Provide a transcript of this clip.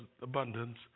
abundance